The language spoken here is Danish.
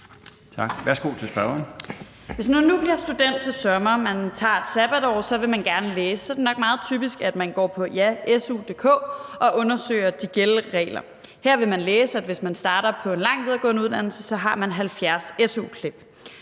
Hvis man nu bliver student til sommer og tager et sabbatår, vil man nok gerne læse året efter. Så er det nok meget typisk, at man går på su.dk og undersøger de gældende regler. Her vil man læse, at hvis man starter på en lang videregående uddannelse, har man 70 su-klip.